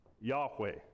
Yahweh